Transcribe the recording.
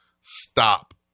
stop